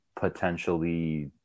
potentially